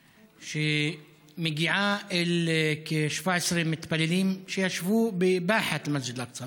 שמגיעה אל כ-17 מתפללים שישבו בבאחת מסגד אל-אקצא,